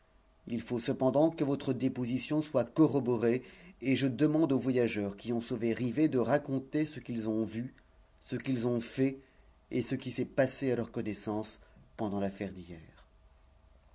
il faut cependant que votre déposition soit corroborée et je demande aux voyageurs qui ont sauvé rivet de raconter ce qu'ils ont vu ce qu'ils ont fait et ce qui s'est passé à leur connaissance pendant l'affaire d'hier